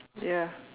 ya